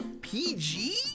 PG